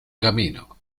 camino